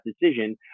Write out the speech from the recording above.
decision